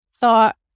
thought